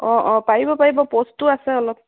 অঁ অঁ পাৰিব পাৰিব প'ষ্টো আছে অলপ